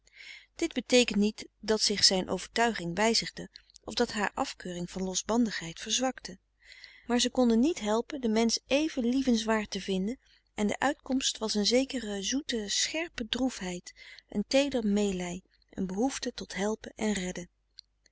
dit beteekent niet dat zich zijn overtuiging wijzigde of dat haar afkeuring van losbandigheid verzwakte maar ze konden niet helpen den mensch even lievenswaard te vinden en de uitkomst was een zekere zoete scherpe droefheid een teeder meelij een behoefte tot helpen en redden